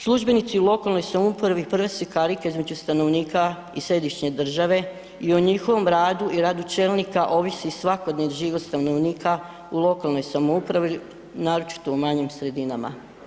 Službenici u lokalnoj samoupravi prve su karike između stanovnika i središnje države i o njihovom radu i radu čelnika ovisi svakodnevni život stanovnika u lokalnoj samoupravi naročito u manjim sredinama.